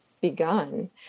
begun